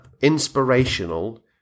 inspirational